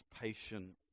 patient